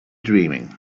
dreaming